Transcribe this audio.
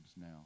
now